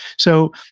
so,